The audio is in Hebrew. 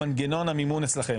מה שאמר אתמול שר הביטחון.